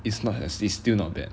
it's not as is still not bad